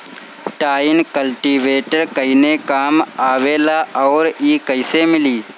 Tine cultivator कवने काम आवेला आउर इ कैसे मिली?